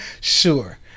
Sure